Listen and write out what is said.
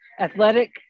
athletic